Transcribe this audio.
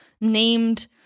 named